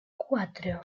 cuatro